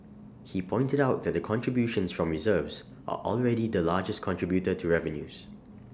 he pointed out that contributions from reserves are already the largest contributor to revenues